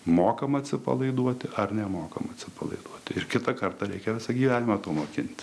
mokam atsipalaiduoti ar nemokam atsipalaiduoti ir kitą kartą reikia visą gyvenimą to mokinti